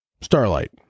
Starlight